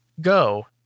Go